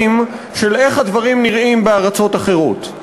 של איך הדברים נראים בארצות אחרות.